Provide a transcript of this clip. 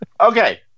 okay